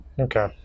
Okay